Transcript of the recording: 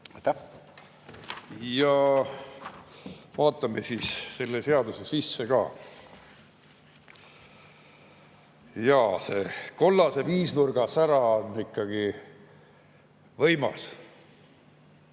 Vaatame siis selle seaduse sisse ka. Jaa, selle kollase viisnurga sära on ikkagi võimas.